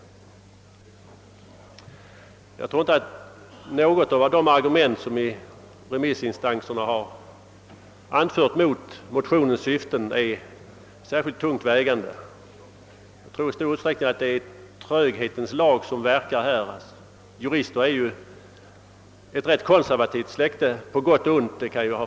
Jag anser inte att något av de argument som av remissinstanserna har anförts mot motionens syften är särskilt tungt vägande. Det är i stor utsträckning tröghetens lag som verkar. Jurister är ett konservativt släkte — på gott och ont.